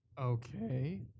Okay